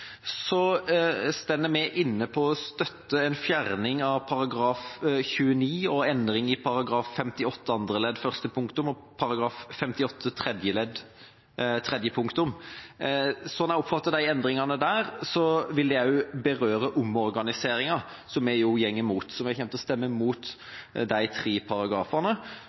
vi inne på å støtte en fjerning av § 29 tredje ledd fjerde punktum og endring i § 58 annet ledd første punktum og i § 58 tredje ledd tredje punktum. Slik jeg oppfatter de endringene, vil de også berøre omorganiseringen, som vi jo går imot, så vi kommer til å stemme mot endring i de to paragrafene.